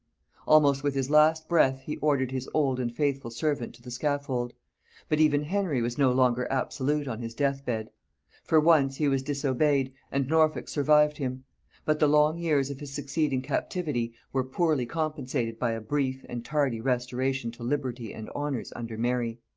almost with his last breath he ordered his old and faithful servant to the scaffold but even henry was no longer absolute on his death-bed. for once he was disobeyed, and norfolk survived him but the long years of his succeeding captivity were poorly compensated by a brief and tardy restoration to liberty and honors under mary.